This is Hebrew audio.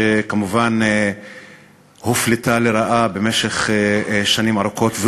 שכמובן הופלתה לרעה במשך שנים ארוכות,